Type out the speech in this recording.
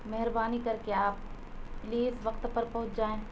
مہربانی کر کے آپ پلیز وقت پر پہنچ جائیں